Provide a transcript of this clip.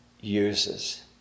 uses